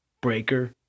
Breaker